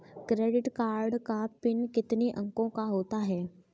Credit card का PIN कितने अंकों का होता है?